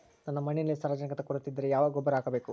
ನನ್ನ ಮಣ್ಣಿನಲ್ಲಿ ಸಾರಜನಕದ ಕೊರತೆ ಇದ್ದರೆ ಯಾವ ಗೊಬ್ಬರ ಹಾಕಬೇಕು?